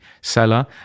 seller